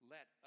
Let